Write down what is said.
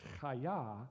Chaya